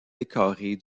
décorer